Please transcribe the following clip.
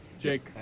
Jake